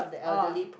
oh